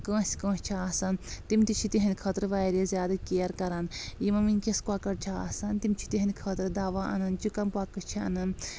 کٲنٛسہِ کٲنٛسہِ چھِ آسان تِم تہِ چھِ تِہنٛدۍ خٲطرٕ واریاہ زیادٕ کیر کران یِمن ؤنکیٚس کۄکر چھِ آسان تِم چھِ تِہنٛدۍ خٲطرٕ دوا انان چکن پوکٕس چھِ انان